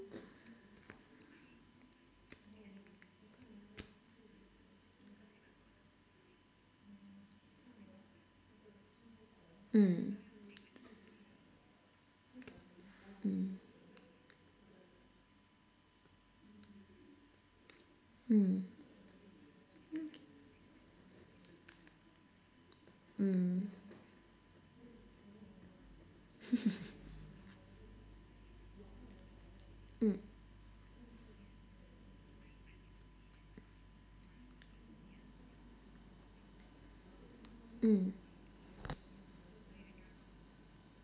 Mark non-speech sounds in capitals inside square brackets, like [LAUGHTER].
mm mm mm okay mm [LAUGHS] mm mm